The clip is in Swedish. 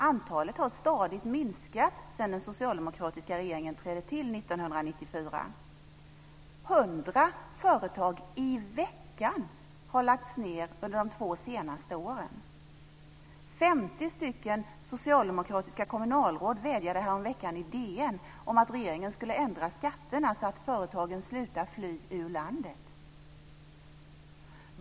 Antalet har stadigt minskat sedan den socialdemokratiska regeringen trädde till 1994. 100 företag i veckan har lagts ned under de två senaste åren. 50 socialdemokratiska kommunalråd vädjade häromveckan i DN om att regeringen skulle ändra skatterna så att företagen slutar fly ur landet.